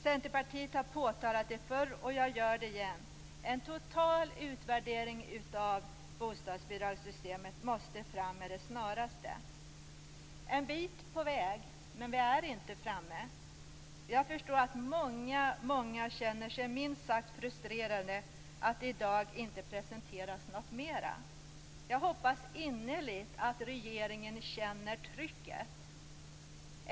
Centerpartiet har påtalat det förr och jag gör det igen: En total utvärdering av bostadsbidragssystemet måste fram med det snaraste. En bit på väg - men vi är inte framme. Jag förstår att många känner sig minst sagt frustrerade över att det i dag inte presenteras något mer. Jag hoppas innerligt att regeringen känner trycket.